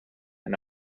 and